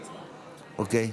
אוקיי.